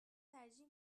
ترجیح